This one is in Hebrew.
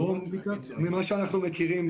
ממה שאנחנו מכירים,